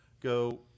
go